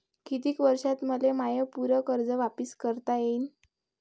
कितीक वर्षात मले माय पूर कर्ज वापिस करता येईन?